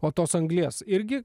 o tos anglies irgi